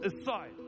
aside